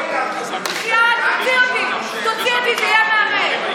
בחייאת, תוציא אותי, תוציא אותי, זה יהיה מהמם.